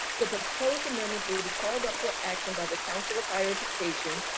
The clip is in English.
to propose amendments will be called up for action by the council of higher education.